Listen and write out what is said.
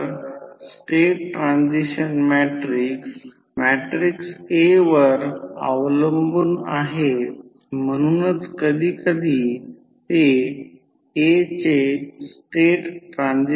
तर ते single phase transformer असेल त्याचे टर्न रेशिओ 10 1 आहे म्हणजे N1 N2 101 आहे आणि त्याला 2